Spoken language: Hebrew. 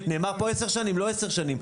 נאמר פה 10 שנים, לא 10 שנים,